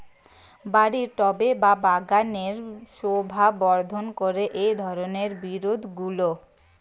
বাড়ির টবে বা বাগানের শোভাবর্ধন করে এই ধরণের বিরুৎগুলো